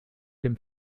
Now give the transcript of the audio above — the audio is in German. dem